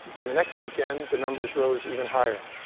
and the next weekend, the numbers rose even higher.